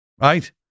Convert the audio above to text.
right